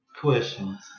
questions